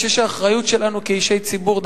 אני חושב שהאחריות שלנו כאישי ציבור,